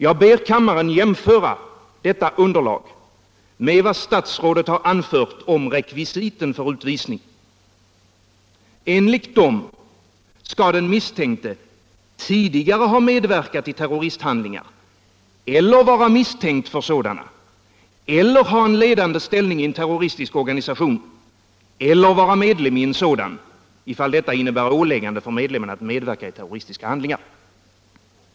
Jag ber kammaren jämföra detta underlag med vad statsrådet har anfört om rekvisiten för utvisning. Enligt rekvisiten skall den misstänkte tidigare ha medverkat i terroristiska handlingar eller vara misstänkt för sådana eller ha en ledande ställning i en terroristisk organisation eller vara medlem i en sådan, i fall där detta innebär åläggande för medlemmen att medverka i terroristiska handlingar.